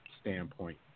standpoint